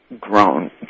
grown